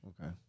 Okay